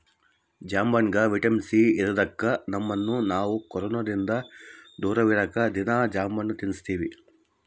ಜಾಂಬಣ್ಣಗ vitamin C ಇರದೊಕ್ಕ ನಮ್ಮನ್ನು ನಾವು ಕೊರೊನದಿಂದ ದೂರವಿರಕ ದೀನಾ ಜಾಂಬಣ್ಣು ತಿನ್ತಿವಿ